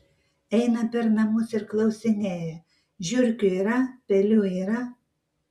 eina per namus ir klausinėja žiurkių yra pelių yra